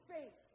Faith